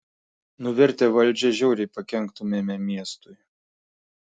nuvertę valdžią žiauriai pakenktumėme miestui